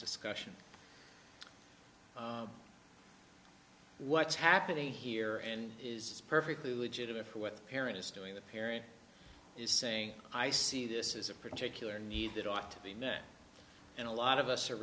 discussion what's happening here and is perfectly legitimate what the parent is doing the parent is saying i see this is a particular need that ought to be met and a lot of us are